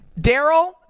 daryl